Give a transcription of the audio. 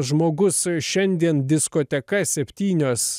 žmogus šiandien diskoteka septynios